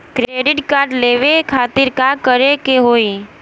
Credit card लेवे खातिर का करे के होई?